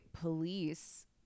police